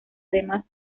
además